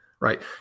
Right